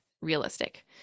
realistic